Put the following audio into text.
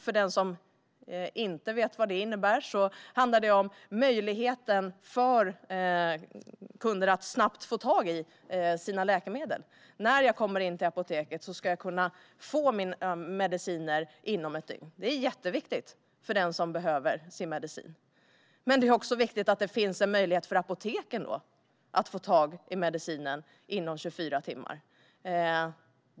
För den som inte vet vad det innebär handlar det om möjligheten för kunder att snabbt få tag i sina läkemedel. När jag kommer in till apoteket ska jag kunna få mina mediciner inom ett dygn. Det är jätteviktigt för den som behöver sin medicin. Men det är också viktigt att det finns en möjlighet för apoteken att få tag på medicinen inom 24 timmar.